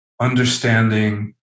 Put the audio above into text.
understanding